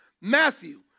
Matthew